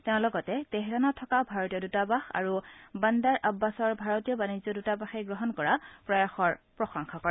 তেওঁ লগতে তেহৰাণত থকা ভাৰতীয় দূতাবাস আৰু বান্দাৰ আববাছৰ ভাৰতীয় বাণিজ্য দূতাবাসে গ্ৰহণ কৰা প্ৰয়াসৰ প্ৰসংশা কৰে